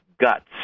guts